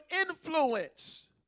influence